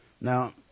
Now